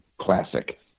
classic